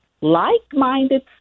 like-minded